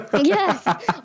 Yes